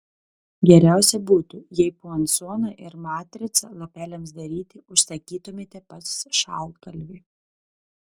geriausiai būtų jei puansoną ir matricą lapeliams daryti užsakytumėte pas šaltkalvį